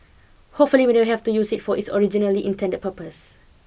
hopefully we never have to use it for its originally intended purpose